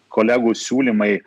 kolegų siūlymai